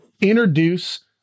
introduce